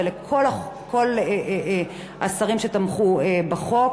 ולכל השרים שתמכו בחוק,